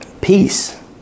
Peace